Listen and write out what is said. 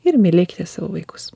ir mylėkite savo vaikus